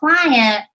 client